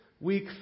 week